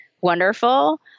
wonderful